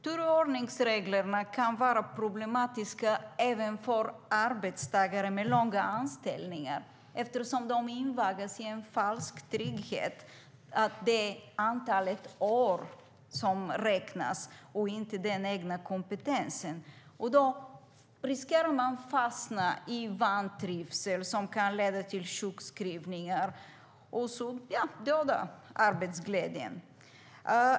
Turordningsreglerna kan vara problematiska även för arbetstagare med långa anställningstider eftersom de invaggas i en falsk trygghet att det är antalet år som räknas, inte den egna kompetensen. De riskerar att fastna i vantrivsel, som kan leda till sjukskrivningar och döda arbetsglädjen.